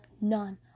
none